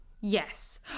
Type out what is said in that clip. yes